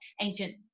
ancient